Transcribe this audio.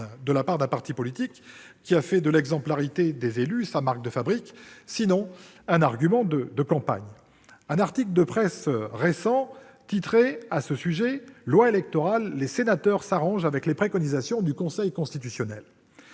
de la part d'un parti politique qui a fait de l'exemplarité des élus sa marque de fabrique, sinon un argument de campagne. Et un article de presse récent titrait :« Loi électorale : les sénateurs s'arrangent avec les préconisations du Conseil constitutionnel ».